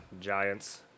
Giants